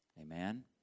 Amen